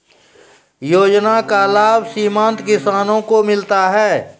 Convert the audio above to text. योजना का लाभ सीमांत किसानों को मिलता हैं?